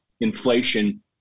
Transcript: inflation